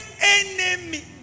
enemy